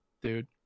dude